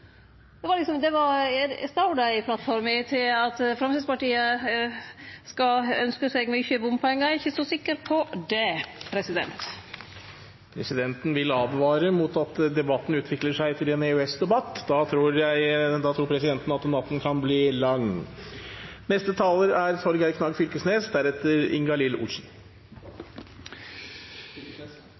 det var klargjort i plattforma. Står det i plattforma at Framstegspartiet skal ynskje seg mykje bompengar? Eg er ikkje så sikker på det. Presidenten vil advare mot at debatten utvikler seg til en EØS-debatt, for da tror presidenten at natten kan bli lang.